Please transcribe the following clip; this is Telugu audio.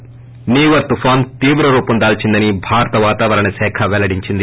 ి నీవర్ తుఫాన్ తీవ్ర రూపం దాల్సిందని భారత వాతావరణ శాఖ వెల్లడించింది